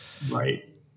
Right